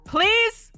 Please